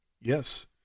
Yes